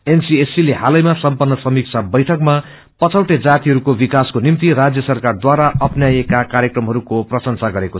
NCSC ले आलैमा सम्पन्न समीक्षा बैठकमा पछौटे जातिहस्को विकासको निम्ति राज्य सरकारद्वारा अप्नाइएका कार्यक्रमहस्को प्रशंसा गरयो